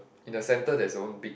in the center there's one big